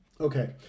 okay